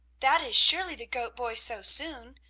that is surely the goat-boy so soon,